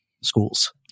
schools